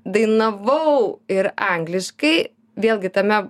dainavau ir angliškai vėlgi tame